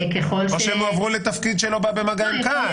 או שהם הועברו לתפקיד שלא בא במגע עם קהל.